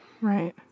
Right